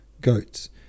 goats